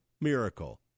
Miracle